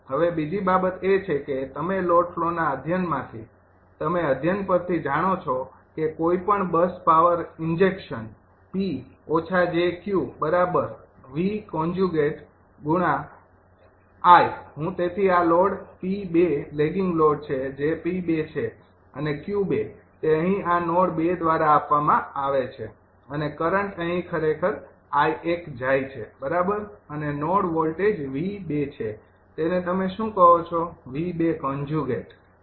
હવે બીજી બાબત એ છે કે તમે લોડ ફ્લો ના અધ્યયનમાંથી તમે અધ્યયન પર થી જાણો છો કે કોઈપણ બસ પાવર ઇન્જેક્શન હું તેથી આ લોડ 𝑃૨ લેગિંગ લોડ છે જે 𝑃૨ છે અને 𝑄૨ તે અહીં આ નોડ ૨ દ્વારા આપવામાં આવે છે અને કરંટ અહીં ખરેખર 𝐼૧ જાય છે બરાબર અને નોડ વોલ્ટેજ 𝑉૨ છે તેને તમે શું કહો 𝑉૨ કોંજ્યુગેટ